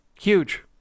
Huge